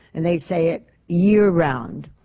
and they say it year-round.